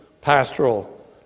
pastoral